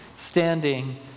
standing